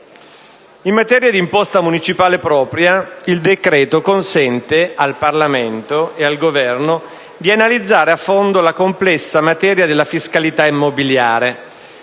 In materia di imposta municipale propria il decreto consente al Parlamento e al Governo di analizzare a fondo la complessa materia della fiscalità immobiliare,